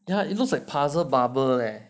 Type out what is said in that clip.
yeah look like puzzle bubble leh